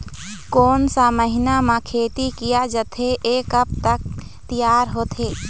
कोन सा महीना मा खेती किया जाथे ये कब तक तियार होथे?